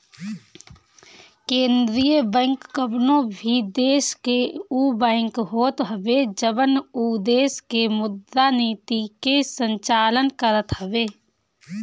केंद्रीय बैंक कवनो भी देस के उ बैंक होत हवे जवन उ देस के मुद्रा नीति के संचालन करत हवे